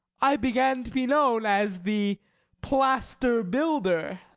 i began to be known as the plaster builder.